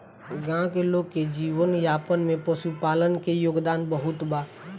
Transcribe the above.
गाँव के लोग के जीवन यापन में पशुपालन के योगदान बहुत बा